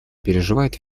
переживают